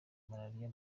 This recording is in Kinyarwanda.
malariya